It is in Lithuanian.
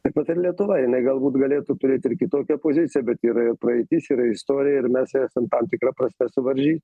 taip pat ir lietuva jinai galbūt galėtų turėt ir kitokią poziciją bet yra ir praeitis yra istorija ir mes esam tam tikra prasme suvaržy